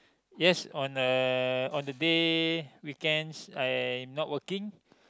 yes on the on the day weekends I not working